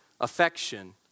affection